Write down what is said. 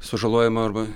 sužalojimo arba